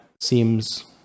seems